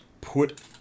put